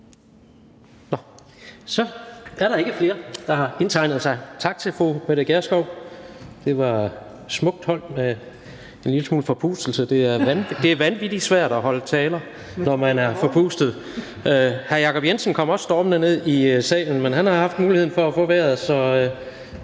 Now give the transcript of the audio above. så er der ikke flere, der har indtegnet sig. Tak til fru Mette Gjerskov. Det var smukt holdt med en lille smule forpustelse; det er vanvittig svært at holde taler, når man er forpustet. Hr. Jacob Jensen kom også stormende ned i salen, men han har haft muligheden for at få vejret,